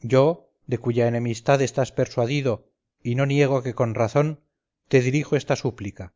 yo de cuya enemistad estás persuadido y no niego que con razón te dirijo esta súplica